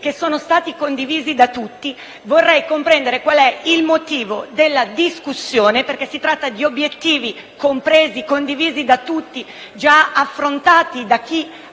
con obiettivi condivisi da tutti. Vorrei comprendere il motivo della discussione, perché si tratta di obiettivi compresi, condivisi da tutti e già affrontati da chi ha